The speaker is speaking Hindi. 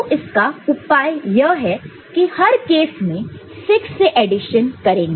तो इसका उपाय यह है कि हर केस में 6 से एडिशन करेंगे